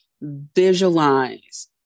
visualize